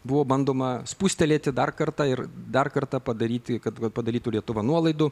buvo bandoma spustelėti dar kartą ir dar kartą padaryti kad padarytų lietuva nuolaidų